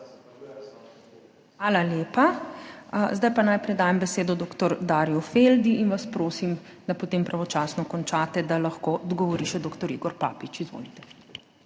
Hvala lepa. Najprej dajem besedo dr. Darju Feldi in vas prosim, da potem pravočasno končate, da lahko odgovori še dr. Igor Papič. Izvolite.